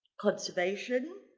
conservation,